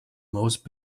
most